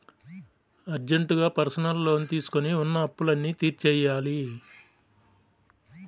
అర్జెంటుగా personal loan తీసుకొని ఉన్న అప్పులన్నీ తీర్చేయ్యాలి